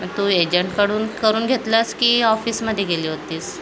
आणि तू एजंटकडून करून घेतलास की ऑफिसमध्ये गेली होतीस